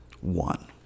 One